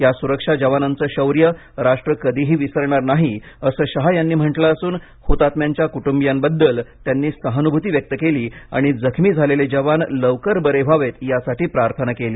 या सुरक्षा जवनांनाचे शौर्य राष्ट्र कधीही विसरणार नाही असं शहा यांनी म्हटलं असून हुतात्म्यांच्या कुटूंबियांबद्दल त्यांनी सहानुभूती व्यक्त केली आणि जखमीं झालेले जवान लवकर बरे व्हावेत यासाठी प्रार्थना केली